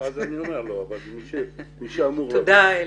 תודה אלי,